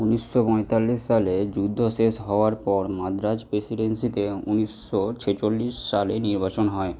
ঊনিশশো পঁয়তাল্লিশ সালে যুদ্ধ শেষ হওয়ার পর মাদ্রাজ প্রেসিডেন্সিতে ঊনিশশো ছেচল্লিশ সালে নির্বাচন হয়